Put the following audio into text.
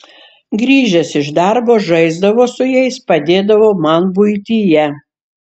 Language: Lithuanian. grįžęs iš darbo žaisdavo su jais padėdavo man buityje